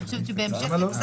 למה לא?